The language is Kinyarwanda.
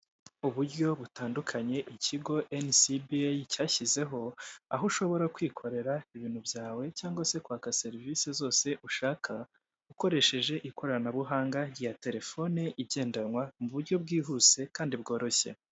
Uburyo butandukanye ikigo enisibi eyi cyashyizeho, aho ushobora kwikorera ibintu byawe cyangwa se kwaka serivisi zose ushaka, ukoresheje ikoranabuhanga rya terefone igendanwa mu buryo bwihuse kandi bworoshye.